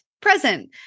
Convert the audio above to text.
present